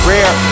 Rare